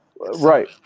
Right